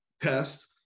test